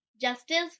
justice